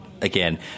again